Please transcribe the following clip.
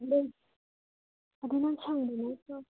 ꯑꯗꯨ ꯑꯗꯨ ꯅꯪ ꯁꯪꯕ ꯅꯠꯇ꯭ꯔꯣ